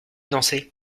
danser